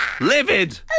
Livid